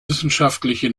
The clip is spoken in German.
wissenschaftliche